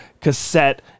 cassette